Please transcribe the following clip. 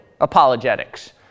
apologetics